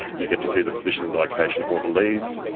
you get to see the position and the location of all the leaves,